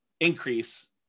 increase